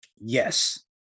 Yes